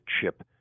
chip